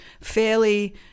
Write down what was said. fairly